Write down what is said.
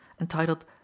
entitled